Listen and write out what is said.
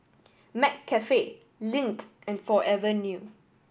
McCafe Lindt and Forever New